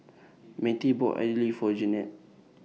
Mettie bought Idly For Jeanette